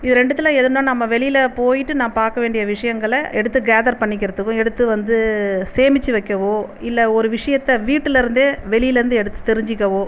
இது ரெண்டுத்தில் எதுனா நம்ப வெளியில் போயிட்டு நான் பார்க்க வேண்டிய விஷயங்கள எடுத்து கேதர் பண்ணிக்கிறதுக்கும் எடுத்து வந்து சேமித்து வைக்கவோ இல்லை ஒரு விஷயத்தை வீட்டுலிருந்தே வெளியிலேந்து எடுத்து தெரிஞ்சுக்கவோ